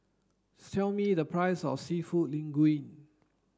tell me the price of Seafood Linguine